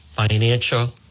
Financial